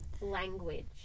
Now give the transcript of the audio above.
language